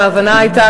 וההבנה הייתה,